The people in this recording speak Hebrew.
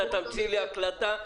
אתה תמציא לי הקלטה,